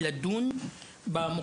כדי לדון באי-המוכנות.